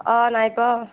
অ নাই ক'